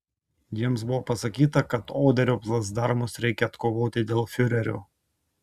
jiems buvo pasakyta kad oderio placdarmus reikia atkovoti dėl fiurerio